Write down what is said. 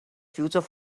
future